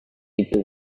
itu